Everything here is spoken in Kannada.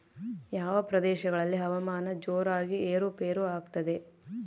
ಯಾವ ಪ್ರದೇಶಗಳಲ್ಲಿ ಹವಾಮಾನ ಜೋರಾಗಿ ಏರು ಪೇರು ಆಗ್ತದೆ?